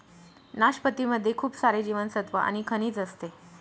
नाशपती मध्ये खूप सारे जीवनसत्त्व आणि खनिज असते